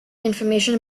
information